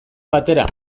batera